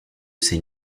ces